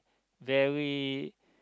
very